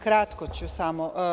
Kratko ću samo.